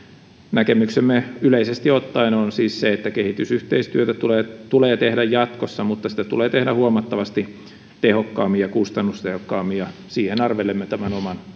näkemyksemme yleisesti ottaen on siis se että kehitysyhteistyötä tulee tulee tehdä jatkossa mutta sitä tulee tehdä huomattavasti tehokkaammin ja kustannustehokkaammin ja siihen arvelemme tämän oman